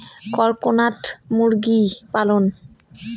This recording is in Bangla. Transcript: করকনাথ মুরগি পালন?